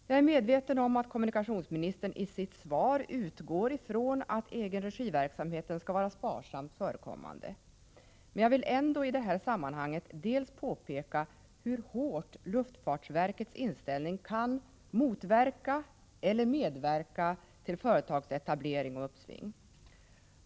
Jag är medveten om att kommunikationsministern i sitt svar utgår från att egenregiverksamheten skall vara sparsamt förekommande. Men jag vill ändå idet här sammanhanget bl.a. påpeka hur hårt luftfartsverkets inställning kan motverka eller medverka till företagsetablering och uppsving.